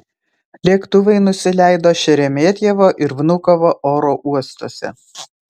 lėktuvai nusileido šeremetjevo ir vnukovo oro uostuose